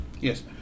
Yes